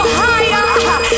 higher